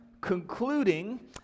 concluding